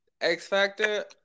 X-Factor